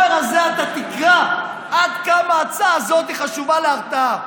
הזה אתה תקרא עד כמה ההצעה הזאת חשובה להרתעה,